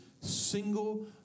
single